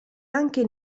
anche